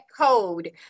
code